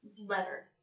letter